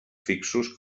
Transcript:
fixos